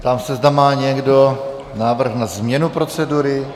Ptám se, zda má někdo návrh na změnu procedury?